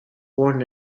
born